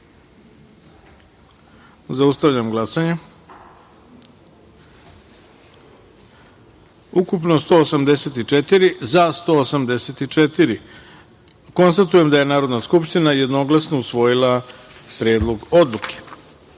taster. Zaustavljam glasanje. Ukupno 184, za – 184.Konstatujem da je Narodna skupština jednoglasno usvojila Predlog odluke.